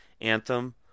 Anthem